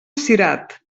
cirat